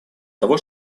того